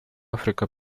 африка